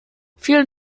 vielen